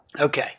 Okay